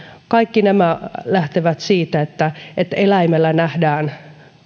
kaikki nämä lähtevät siitä että eläimellä nähdään